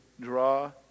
draw